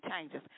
changes